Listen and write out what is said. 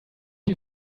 you